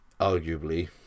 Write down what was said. arguably